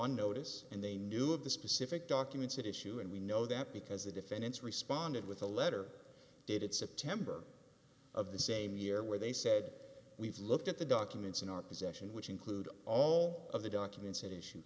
on notice and they knew of the specific documents at issue and we know that because the defendants responded with a letter dated september of the same year where they said we've looked at the documents in our possession which include all of the documents a